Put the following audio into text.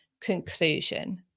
conclusion